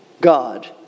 God